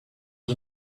was